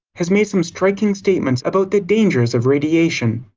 has made some striking statements about the dangers of radiation.